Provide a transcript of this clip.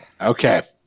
Okay